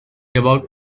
about